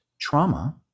trauma